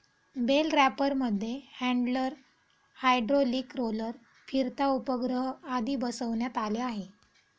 bell रॅपरमध्ये handler, hydraulic roller, फिरता उपग्रह आदी बसवण्यात आले आहे